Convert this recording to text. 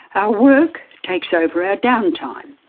our work takes over our down time.